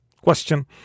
question